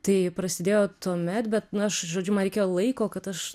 tai prasidėjo tuomet bet na žodžiu man reikėjo laiko kad aš